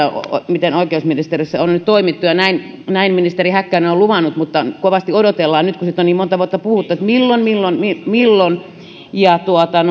miten oikeusministeriössä on nyt toimittu ja näin näin ministeri häkkänen on luvannut mutta kovasti odotellaan nyt kun siitä on niin monta vuotta puhuttu milloin milloin milloin